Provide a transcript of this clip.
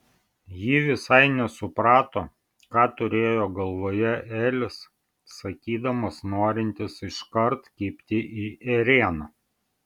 ji visai nesuprato ką turėjo galvoje elis sakydamas norintis iškart kibti į ėrieną